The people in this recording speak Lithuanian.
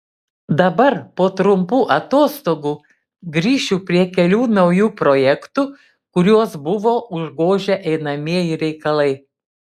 dabar po trumpų atostogų grįšiu prie kelių naujų projektų kuriuos buvo užgožę einamieji reikalai